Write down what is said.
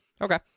Okay